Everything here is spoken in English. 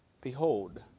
Behold